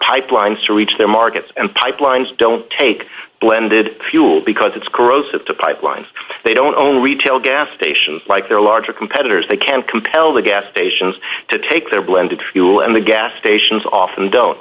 pipelines to reach their markets and pipelines don't take blended fuel because it's corrosive to pipelines they don't own retail gas stations like their larger competitors they can't compel the gas stations to take their blended fuel and the gas stations often don't